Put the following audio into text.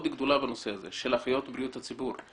גדולה בנושא הזה של אחיות בריאות הציבור.